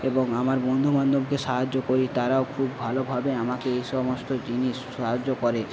এবং আমার বন্ধু বান্ধবকে সাহায্য করি তারাও খুব ভালোভাবে আমাকে এই সমস্ত জিনিস সাহায্য করে